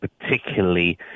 particularly